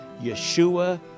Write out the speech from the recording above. Yeshua